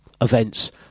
events